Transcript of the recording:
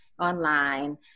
online